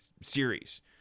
series